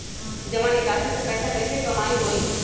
जमा निकासी से पैसा कईसे कमाई होई?